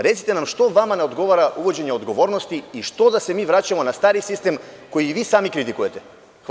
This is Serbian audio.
Recite nam zašto vama ne odgovara uvođenje odgovornosti i zašto da se mi vraćamo na stari sistem, koji i vi sami kritikujete?